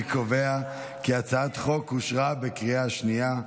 אני קובע כי הצעת החוק אושרה בקריאה שנייה.